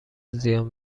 زیان